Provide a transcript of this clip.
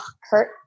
hurt